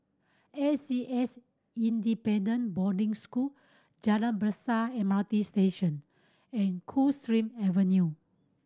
A C S Independent Boarding School Jalan Besar M R T Station and Coldstream Avenue